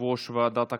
יושב-ראש ועדת הכלכלה,